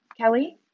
Kelly